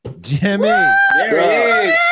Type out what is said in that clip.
Jimmy